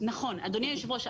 אדוני היושב-ראש,